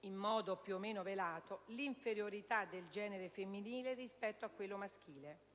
in modo più o meno velato, l'inferiorità del genere femminile rispetto a quello maschile.